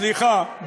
סליחה.